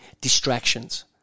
distractions